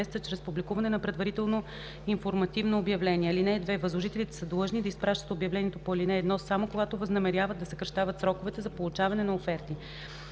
чрез публикуване на предварително информативно обявление. (2) Възложителите са длъжни да изпращат обявлениeто по ал. 1 само когато възнамеряват да съкращават сроковете за получаване на оферти.”